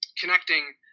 connecting